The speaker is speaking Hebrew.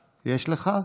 אלחלאק, יש לך?